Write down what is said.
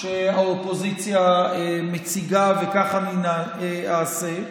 שהאופוזיציה מציגה, וכך אני אעשה.